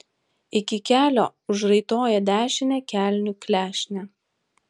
iki kelio užraitoja dešinę kelnių klešnę